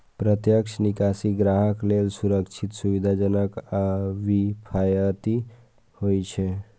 प्रत्यक्ष निकासी ग्राहक लेल सुरक्षित, सुविधाजनक आ किफायती होइ छै